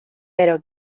pero